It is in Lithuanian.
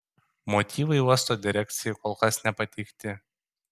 motyvai uosto direkcijai kol kas nepateikti